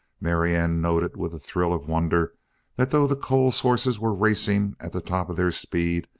marianne noted with a thrill of wonder that though the coles horses were racing at the top of their speed,